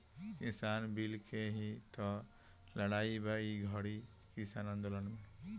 किसान बिल के ही तअ लड़ाई बा ई घरी किसान आन्दोलन में